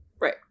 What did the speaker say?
Right